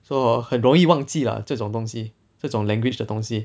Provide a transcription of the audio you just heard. so 很容易忘记 lah 这种东西这种 language 的东西